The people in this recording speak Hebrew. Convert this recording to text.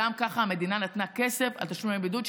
גם ככה המדינה נתנה כסף על תשלומי בידוד,